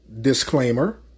Disclaimer